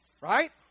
Right